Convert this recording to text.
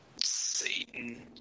Satan